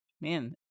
Man